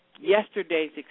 yesterday's